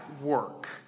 work